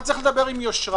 אבל צריך לדבר עם יושרה.